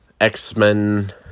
X-Men